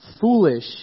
foolish